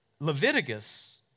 Leviticus